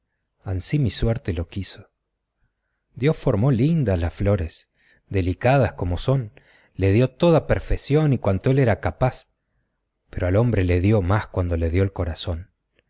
ansí mi suerte lo quiso dios formó lindas las flores delicadas como son le dio toda perfeción y cuanto él era capaz pero al hombre le dio más cuando le dio el corazón